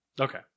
Okay